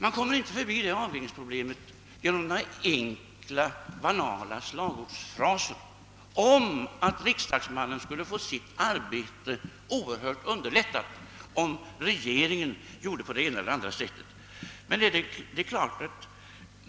Man kommer inte förbi detta avvägningsproblem genom några enkla, banala slagord om att riksdagsmannens arbete skulle underlättas oerhört om regeringen gjorde på det eller det sättet.